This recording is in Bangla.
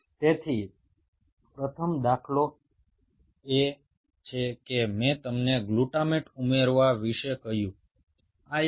তাহলে প্রথম দৃষ্টান্ত হিসাবে আমি তোমাদের গ্লুটামেট যোগ করার ধাপটির কথা বলেছিলাম